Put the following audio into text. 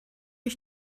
ich